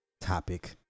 topic